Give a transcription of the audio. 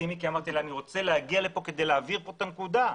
ביקשתי להגיע לכאן באופן אישי כדי להבהיר את הנקודה.